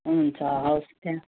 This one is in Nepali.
हुन्छ हवस् हुन्छ